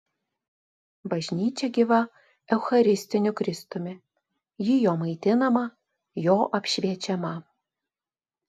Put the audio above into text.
bažnyčia gyva eucharistiniu kristumi ji jo maitinama jo apšviečiama